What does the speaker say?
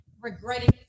regretting